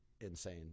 insane